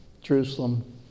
Jerusalem